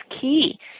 key